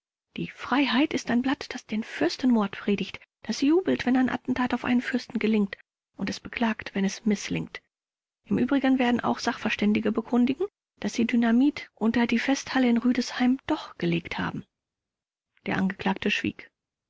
die freiheit ist ein blatt das den fürstenmord predigt das jubelt wenn ein attentat auf einen fürsten gelingt und es beklagt wenn es mißlingt im übrigen werden auch sachverständige bekunden daß sie dynamit namit unter die festhalle in rüdesheim doch gelegt haben der angeklagte schwieg